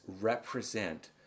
represent